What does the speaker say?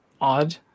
odd